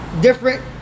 different